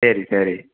சரி சரி